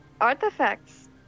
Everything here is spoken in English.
artifacts